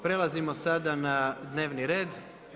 Prelazimo sada na dnevni red.